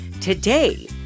Today